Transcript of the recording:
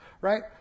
right